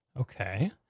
Okay